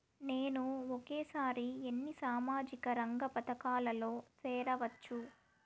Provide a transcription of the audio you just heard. నేను ఒకేసారి ఎన్ని సామాజిక రంగ పథకాలలో సేరవచ్చు?